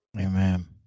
Amen